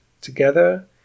together